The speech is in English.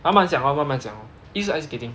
慢慢想 lor 慢慢想 east 是 ice skating